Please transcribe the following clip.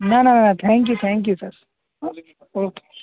ના ના ના ના થેંક્યુ થેન્કયુ સર હં ઓકે